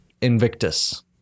Invictus